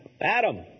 Adam